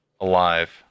alive